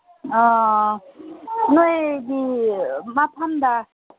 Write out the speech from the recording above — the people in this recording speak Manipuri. ꯅꯣꯏꯒꯤ ꯃꯐꯝꯗ